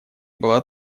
было